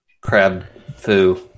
crab-foo